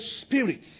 spirits